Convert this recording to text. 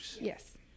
Yes